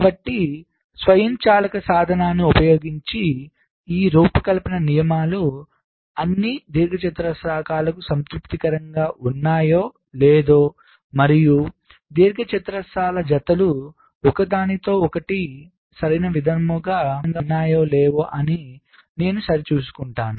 కాబట్టి స్వయంచాలక సాధనాన్ని ఉపయోగించి ఈ రూపకల్పన నియమాలు అన్ని దీర్ఘచతురస్రాలకు సంతృప్తికరంగా ఉన్నాయో లేదో మరియు దీర్ఘచతురస్రాల జతలు ఒకదానితో ఒకటి సరైన విధంగా అనుసంధానంగా ఉన్నాయో లేవో అని నేను సరి చూసుకుంటాను